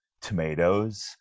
tomatoes